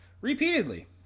Repeatedly